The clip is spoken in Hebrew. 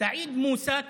סעיד מוסא,